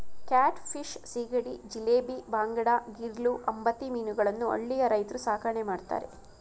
cat fish, ಸೀಗಡಿ, ಜಿಲೇಬಿ, ಬಾಂಗಡಾ, ಗಿರ್ಲೂ, ಅಂಬತಿ ಮೀನುಗಳನ್ನು ಹಳ್ಳಿಯ ರೈತ್ರು ಸಾಕಣೆ ಮಾಡ್ತರೆ